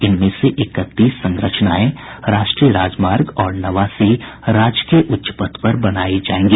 इनमें से इकतीस संरचनाएं राष्ट्रीय राजमार्ग पर और नवासी राजकीय उच्च पथ पर बनायी जायेंगी